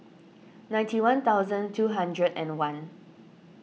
ninety one thousand two hundred and one